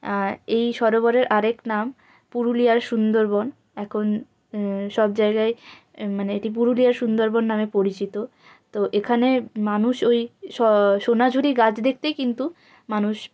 এই সরোবরের আরেক নাম পুরুলিয়ার সুন্দরবন এখন সব জায়গায় মানে এটি পুরুলিয়ার সুন্দরবন নামে পরিচিত তো এখানে মানুষ ওই স সোনাঝুরি গাছ দেখতেই কিন্তু মানুষ